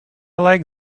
like